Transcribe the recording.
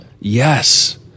Yes